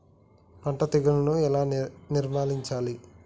పంట తెగులుని ఎలా నిర్మూలించాలి?